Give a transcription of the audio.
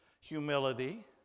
humility